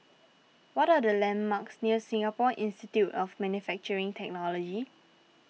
what are the landmarks near Singapore Institute of Manufacturing Technology